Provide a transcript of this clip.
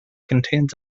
contains